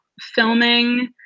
filming